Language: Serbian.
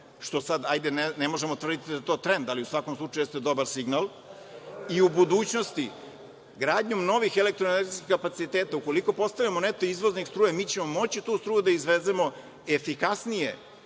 što sada ne možemo tvrditi da je trend, ali je u svakom slučaju dobar signal, i u budućnosti gradnjom novih elektroenergetskih kapaciteta, ukoliko postanemo neto izvoznik struje, mi ćemo moći tu struju da izvezemo efikasnije